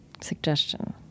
suggestion